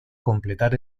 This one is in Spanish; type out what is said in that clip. completar